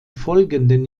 folgenden